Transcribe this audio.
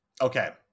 Okay